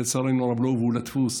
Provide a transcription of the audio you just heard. שלצערנו הרב לא הובאו לדפוס.